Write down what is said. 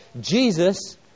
Jesus